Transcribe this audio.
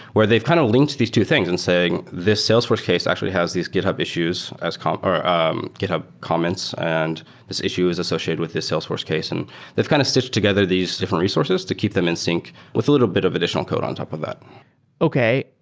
where they've kind of linked these two things and saying, this salesforce case actually has these github issues as or um github comments and this issue is associated with this salesforce case. and they've kind of stitched together these different resources to keep them in sync with a little bit of additional code on top of that okay.